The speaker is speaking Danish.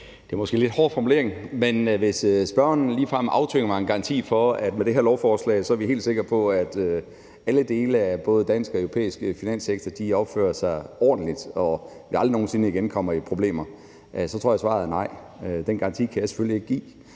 Det er måske lidt hårdt formuleret, men hvis spørgeren ligefrem aftvinger mig en garanti for, at med det her lovforslag er vi helt sikre på, at alle dele af både den danske og europæiske finanssektor opfører sig ordentligt, og at vi aldrig nogen sinde igen kommer i problemer, så tror jeg, at svaret er nej. Den garanti kan jeg selvfølgelig ikke give,